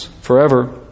forever